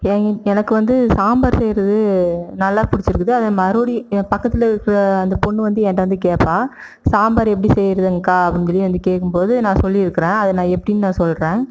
ஏ எனக்கு வந்து சாம்பார் செய்யறது நல்லா பிடிச்சிருக்குது அதை மறுபடி பக்கத்தில் இருக்கிற அந்த பொண்ணு வந்து என்கிட்ட வந்து கேட்பா சாம்பார் எப்படி செய்யறதுங்க்கா அப்படின்னு சொல்லி வந்து கேட்கும்போது நான் சொல்லிருக்குறேன் அதை நான் எப்படின்னு நான் சொல்லுறேன்